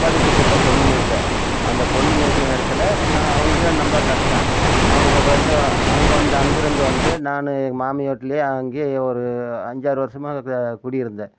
வாடிபட்டியில் தான் பொண்ணு முடித்தேன் அந்த பொண்ணு முடித்த நேரத்தில் நான் அவங்க ரொம்ப கஷ்டம் அவங்க பார்த்தா அங்கே வந்து அங்கேருந்து வந்து நான் எங்கள் மாமியார் வீட்லயே அங்கேயே ஒரு அஞ்சாறு வருஷமா குடி இருந்தேன்